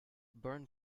burn